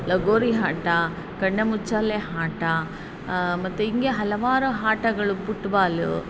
ಲಗೋರಿ ಆಟ ಕಣ್ಣಮುಚ್ಚಾಲೆ ಆಟ ಮತ್ತೆ ಹಿಂಗೆ ಹಲವಾರು ಆಟಗಳು ಪುಟ್ಬಾಲು